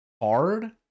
hard